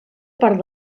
part